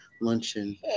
luncheon